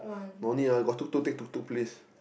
no need ah you got tuk-tuk take tuk-tuk please